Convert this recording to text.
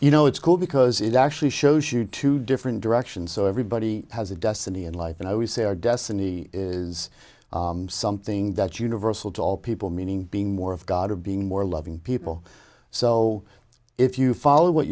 you know it's cool because it actually shows you two different directions so everybody has a destiny in life and i always say our destiny is something that's universal to all people meaning being more of god or being more loving people so if you follow what